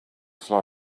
fly